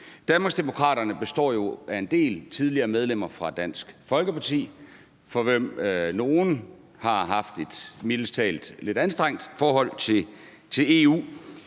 Danmarksdemokraterne består jo af en del tidligere medlemmer af Dansk Folkeparti, hvoraf nogle har haft et mildest talt lidt anstrengt forhold til EU.